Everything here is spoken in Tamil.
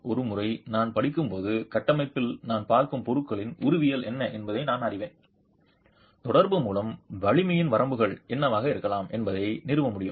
ஒருமுறை நான் படிக்கப் போகும் கட்டமைப்பில் நான் பார்க்கும் பொருளின் உருவவியல் என்ன என்பதை நான் அறிவேன் தொடர்பு மூலம் வலிமையின் வரம்புகள் என்னவாக இருக்கலாம் என்பதை நிறுவ முடியும்